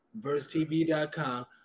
Versetv.com